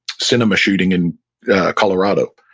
cinema shooting in colorado,